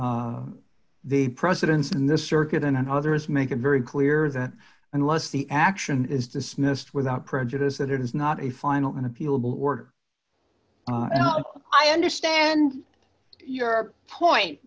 the presidents in this circuit and others make it very clear that unless the action is dismissed without prejudice that it is not a final an appealable order and i understand your point